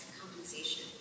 compensation